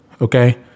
Okay